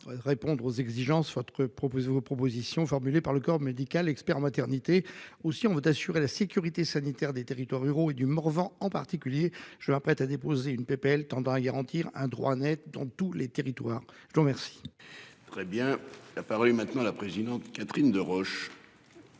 répondre aux exigences votre proposez vos propositions formulées par le corps médical experts maternité ou si on veut assurer la sécurité sanitaire des territoires ruraux et du Morvan, en particulier je m'apprête à déposer une PPL tendant à garantir un droit nette dans tous les territoires. Je vous remercie. Très bien. La parole est maintenant la présidente Catherine Deroche.